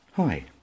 Hi